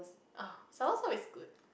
ah soursop is good